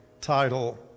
title